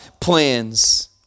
plans